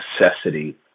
necessity